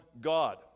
God